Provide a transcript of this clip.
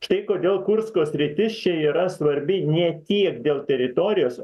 štai kodėl kursko sritis čia yra svarbi ne tiek dėl teritorijos